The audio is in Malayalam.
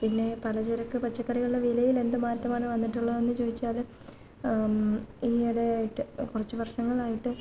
പിന്നെ പലചരക്ക് പച്ചക്കറികളുടെ വിലയിലെന്ത് മാറ്റമാണ് വന്നിട്ടുള്ളതെന്ന് ചോദിച്ചാൽ ഈയിടെയായിട്ട് കുറച്ച് വര്ഷങ്ങളായിട്ട്